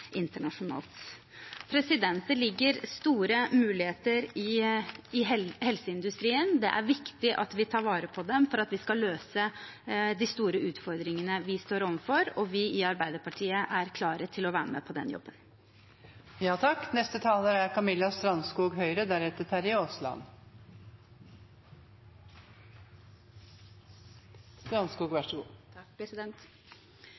internasjonalt. Det ligger store muligheter i helseindustrien. Det er viktig at vi tar vare på dem for å løse de store utfordringene vi står overfor, og vi i Arbeiderpartiet er klare til å være med på den jobben. Norsk økonomi er